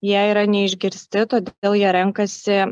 jie yra neišgirsti todėl jie renkasi